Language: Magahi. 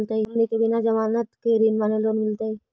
हमनी के बिना जमानत के ऋण माने लोन मिलतई?